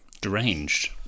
Deranged